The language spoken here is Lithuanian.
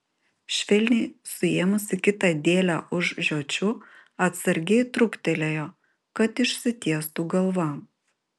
švelniai suėmusi kitą dėlę už žiočių atsargiai trūktelėjo kad išsitiestų galva